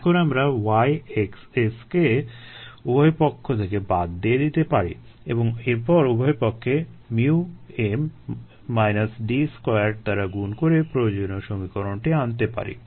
এখন আমরা Y x S কে উভয়পক্ষ থেকে বাদ দিয়ে দিতে পারি এবং এরপর উভয়পক্ষে mu m minus D squared দ্বারা গুণ করে প্রয়োজনীয় সমীকরণটি আনতে পারি